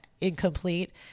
incomplete